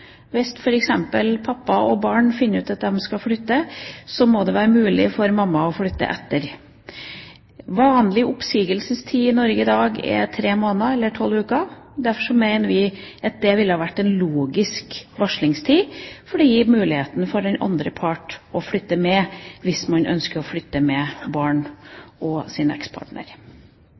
Hvis f.eks. pappa og barn finner ut at de skal flytte, må det være mulig for mamma å flytte etter. Vanlig oppsigelsestid i Norge i dag er tre måneder, eller tolv uker. Derfor mener vi at dette ville vært en logisk varslingstid for å gi mulighet for den andre part å flytte med, hvis man ønsker å flytte med barn og sin ekspartner.